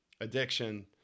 addiction